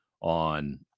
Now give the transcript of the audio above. on